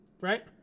Right